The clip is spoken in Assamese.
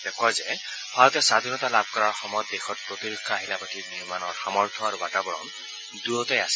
তেওঁ কয় যে ভাৰতে স্বধীনতা লাভ কৰাৰ সময়ত দেশত প্ৰতিৰক্ষা আহিলাপাতিৰ নিৰ্মাণৰ সামৰ্থ আৰু বাতাবৰণ দুয়োটাই আছিল